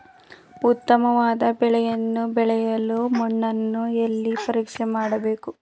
ಉತ್ತಮವಾದ ಬೆಳೆಯನ್ನು ಬೆಳೆಯಲು ಮಣ್ಣನ್ನು ಎಲ್ಲಿ ಪರೀಕ್ಷೆ ಮಾಡಬೇಕು?